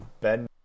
Ben